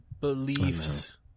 beliefs